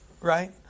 right